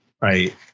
right